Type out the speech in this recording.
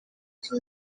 uko